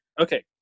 Okay